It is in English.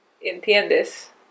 Entiendes